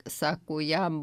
sako jam